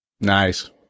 nice